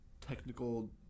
Technical